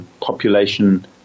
population